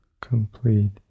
complete